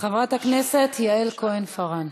חברת הכנסת יעל כהן-פארן,